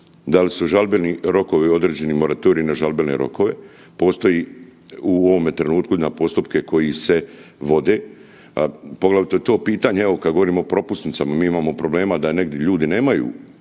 da li su žalbeni rokovi određeni moratorij na žalbene rokove? Postoji u ovome trenutku na postupke koji se vode, poglavito je to pitanje evo kada govorimo o propusnicama, mi imamo problema da negdje ljudi nemaju